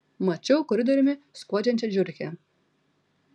mačiau koridoriumi skuodžiančią žiurkę